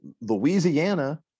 Louisiana